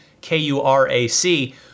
K-U-R-A-C